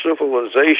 civilization